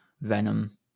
venom